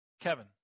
Kevin